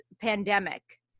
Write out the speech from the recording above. pandemic